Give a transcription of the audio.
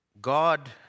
God